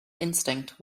instinct